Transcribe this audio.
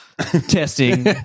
Testing